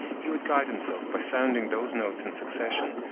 he would guide himself by sounding those notes in succession,